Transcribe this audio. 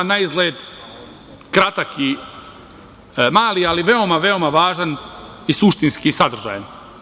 Na izgled, kratak i mali, ali veoma, veoma važan i suštinski sadržajan.